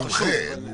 עד מומחה.